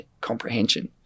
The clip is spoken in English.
comprehension